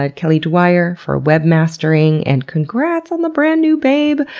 ah kelly dwyer for webmastering, and congrats on the brand new babe!